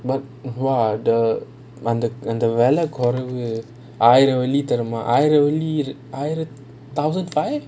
but !whoa! the அந்த அந்த வெளியே குறைய ஆயிரம் வெள்ளி தெரியுமா ஆயிரம் வெள்ளி ஆயிரம்:antha antha veliyae kuraiya aayiram velli teriyumaa aayiram velli aaayiram thousand five